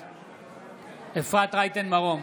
בעד אפרת רייטן מרום,